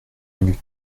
minutes